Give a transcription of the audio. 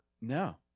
No